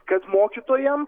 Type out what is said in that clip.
kad mokytojam